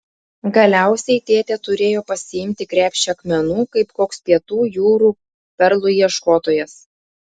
galiausiai tėtė turėjo pasiimti krepšį akmenų kaip koks pietų jūrų perlų ieškotojas